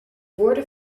woorden